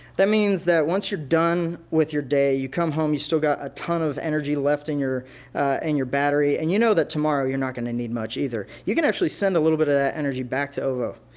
that means that once you're done with your day, you come home, you still got a ton of energy left in your and your battery, and you know that tomorrow you're not going to need much either, you can actually send a little bit of that energy back to ovo,